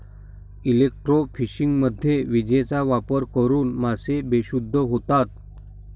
इलेक्ट्रोफिशिंगमध्ये विजेचा वापर करून मासे बेशुद्ध होतात